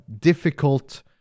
difficult